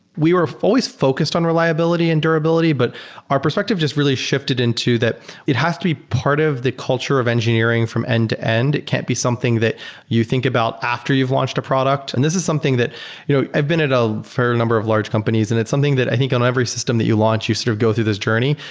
we were always focused on reliability and durability but our perspective just really shifted into that it has to be part of the culture of engineering from and end-to-end. it can't be something that you think about after you've launched a product, and this is something that you know i've been at a fair number of large companies and it's something that i think on every system that you launch, you sort of go through this journey,